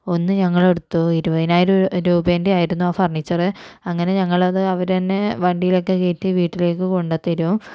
ഒന്ന് ഞങ്ങളെടുത്തു ഇരുപതിനായിരം രൂപേൻ്റെ ആയിരുന്നു ആ ഫർണീച്ചറ് അങ്ങനെ ഞങ്ങളത് അവര് തന്നെ വണ്ടിയിലൊക്കെ കേറ്റി വീട്ടിലേക്ക് കൊണ്ട് തരികയും